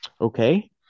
okay